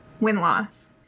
win-loss